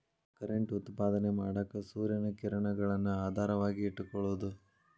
current ಉತ್ಪಾದನೆ ಮಾಡಾಕ ಸೂರ್ಯನ ಕಿರಣಗಳನ್ನ ಆಧಾರವಾಗಿ ಇಟಕೊಳುದು